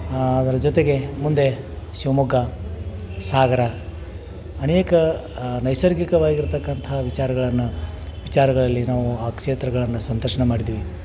ಅದ್ರ ಜೊತೆಗೆ ಮುಂದೆ ಶಿವಮೊಗ್ಗ ಸಾಗರ ಅನೇಕ ನೈಸರ್ಗಿಕವಾಗಿರತಕ್ಕಂಥ ವಿಚಾರಗಳನ್ನು ವಿಚಾರಗಳಲ್ಲಿ ನಾವು ಆ ಕ್ಷೇತ್ರಗಳನ್ನು ಸಂದರ್ಶನ ಮಾಡಿದ್ವಿ